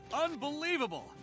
Unbelievable